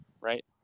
right